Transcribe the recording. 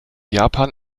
japan